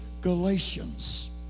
Galatians